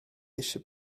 eisiau